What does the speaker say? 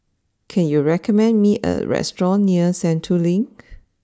can you recommend me a restaurant near Sentul Link